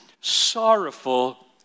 sorrowful